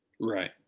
Right